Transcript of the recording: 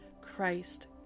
Christ